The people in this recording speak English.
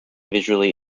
visually